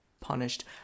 punished